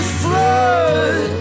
flood